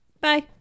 bye